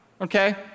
okay